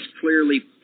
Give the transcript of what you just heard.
clearly